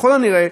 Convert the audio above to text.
ככל הנראה,